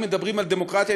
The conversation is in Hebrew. אם מדברים על דמוקרטיה,